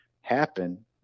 happen